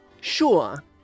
Sure